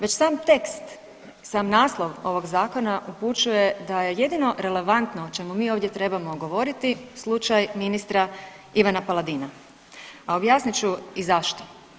Već sam tekst, sam naslov ovog zakona upućuje da je jedino relevantno o čemu mi ovdje trebamo govoriti slučaj ministra Ivana Paladina, a objasnit ću i zašto.